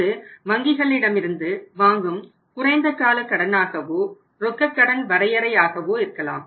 அது வங்கிகளிடமிருந்து வாங்கும் குறைந்த கால கடனாகவோ ரொக்க கடன் வரையறையை ஆகவோ இருக்கலாம்